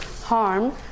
harm